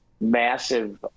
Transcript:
massive